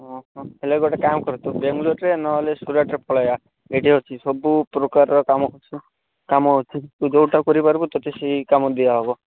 ହଁ ହେଲେ ଗୋଟେ କାମ କର ନହେଲେ ସୁରଟ ପଳେଇବା ଏଠିଅଛି ସବୁ ସବୁପ୍ରକାରର କାମ କାମ ଅଛି ତୁ ଯେଉଁଟା କରିପାରିବୁ ତୋତେ ସେଇ କାମ ଦିଆଯିବ